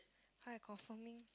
hi confirming